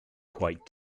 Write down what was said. quite